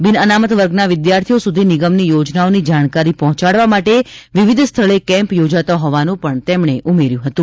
બિન અનામત વર્ગના વિદ્યાર્થીઓ સુધી નિગમની યોજનાઓની જાણકારી પહોંચાડવા માટે વિવિધ સ્થળે કેમ્પ યોજાતા હોવાનું પણ તેમણે ઉમેર્યું હતું